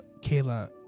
kayla